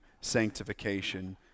sanctification